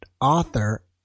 author